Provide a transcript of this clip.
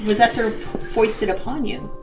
was that sort of foisted upon you?